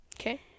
Okay